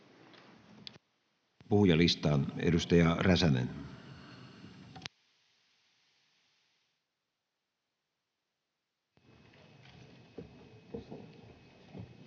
Puhujalistaan. — Edustaja Räsänen.